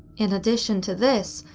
in addition to this,